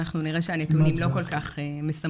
אנחנו נראה שהנתונים לא כל כך משמחים.